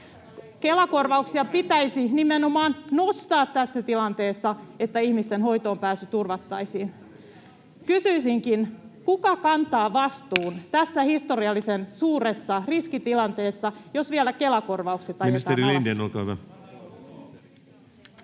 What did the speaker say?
Kela-korvauksia pitäisi nimenomaan nostaa tässä tilanteessa, että ihmisten hoitoonpääsy turvattaisiin. Kysyisinkin: kuka kantaa vastuun tässä historiallisen suuressa riskitilanteessa, jos vielä Kela-korvaukset ajetaan alas?